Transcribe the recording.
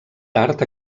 tard